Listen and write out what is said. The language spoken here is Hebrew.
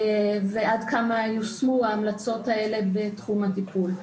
ועד כמה יושמו ההמלצות בתחום הטיפול.